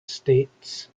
states